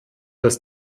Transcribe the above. dass